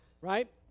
right